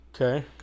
Okay